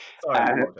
Sorry